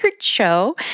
show